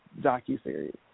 docu-series